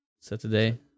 Saturday